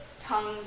tongues